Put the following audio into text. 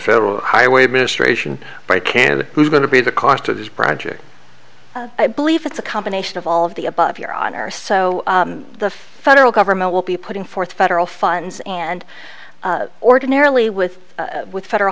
federal highway administration by a candidate who's going to be the cost of this project i believe it's a combination of all of the above your honor so the federal government will be putting forth federal funds and ordinarily with with federal